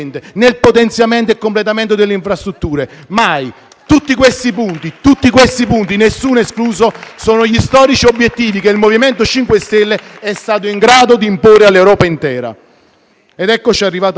e completamento delle infrastrutture. Mai! Tutti questi punti, nessuno escluso, sono gli storici obiettivi che il MoVimento 5 Stelle è stato in grado di imporre all'Europa intera. Ed eccoci arrivati al punto: